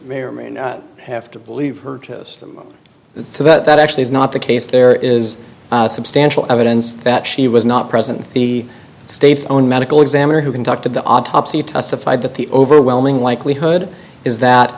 may or may not have to believe her testimony that actually is not the case there is substantial evidence that she was not present the state's own medical examiner who conducted the autopsy testified that the overwhelming likelihood is that